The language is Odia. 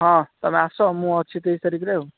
ହଁ ତୁମେ ଆସ ମୁଁ ଅଛି ତେଇଶ ତାରିଖରେ ଆଉ